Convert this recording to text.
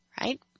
right